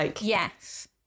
Yes